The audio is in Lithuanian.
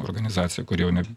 organizacija kuri jau ne